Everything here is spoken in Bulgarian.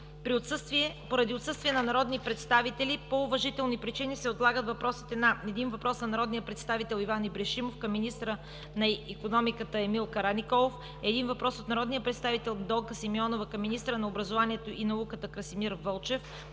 Поради отсъствие на народни представители по уважителни причини се отлагат отговорите на: - един въпрос от народния представител Иван Ибришимов към министъра на икономиката Емил Караниколов; - един въпрос от народния представител Донка Симеонова към министъра на образованието и науката Красимир Вълчев;